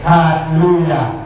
Hallelujah